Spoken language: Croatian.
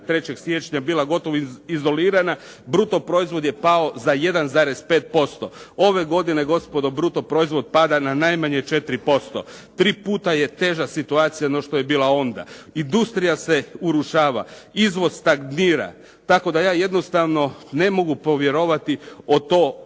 3. siječnja bila gotovo izolirana, bruto proizvod je pao za 1,5%. Ove godine gospodo bruto proizvod pada na najmanje 4%. Tri puta je teža situacija no što je bila onda, industrija se urušava, izvoz stagnira. Tako da ja jednostavno ne mogu povjerovati u ta obećanja.